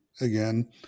again